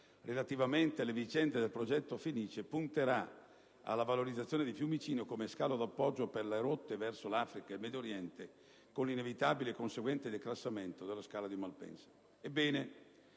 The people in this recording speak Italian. relativamente alle vicende del progetto Fenice punterà alla valorizzazione di Fiumicino come scalo d'appoggio per le rotte verso l'Africa ed il Medio Oriente, con l'inevitabile e conseguente declassamento dello scalo di Malpensa.